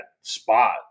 spot